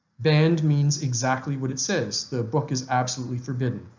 banned means exactly what it says the book is absolutely forbidden.